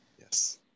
Yes